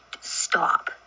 stop